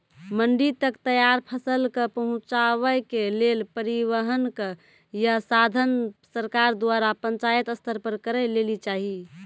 मंडी तक तैयार फसलक पहुँचावे के लेल परिवहनक या साधन सरकार द्वारा पंचायत स्तर पर करै लेली चाही?